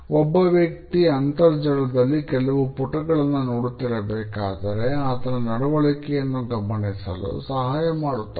ಒಬ್ಬ ವ್ಯಕ್ತಿ ಅಂತರ್ಜಾಲದಲ್ಲಿ ಕೆಲವು ಪುಟಗಳನ್ನ ನೋಡುತ್ತಿರಬೇಕಾದರೆ ಆತನ ನಡವಳಿಕೆಯನ್ನು ಗಮನಿಸಲು ಸಹಾಯ ಮಾಡುತ್ತದೆ